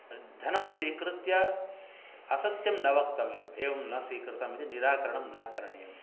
धनं स्वीकृत्य असत्यं न वक्तव्यं एवं न स्वीकृतम् इति निराकरणं न करणीयम्